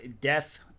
Death